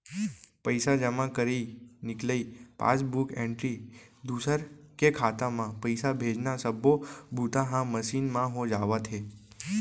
पइसा जमा करई, निकलई, पासबूक एंटरी, दूसर के खाता म पइसा भेजना सब्बो बूता ह मसीन म हो जावत हे